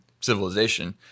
civilization